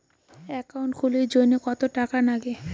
Account খুলির জন্যে কত টাকা নাগে?